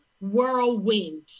whirlwind